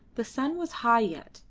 the sun was high yet,